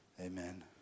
Amen